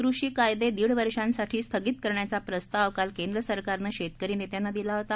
कृषी कायदे दीड वर्षासाठी स्थगित करण्याचा प्रस्ताव काल केंद्र सरकरानं शेतकरी नेत्यांनी दिला होता